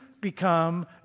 become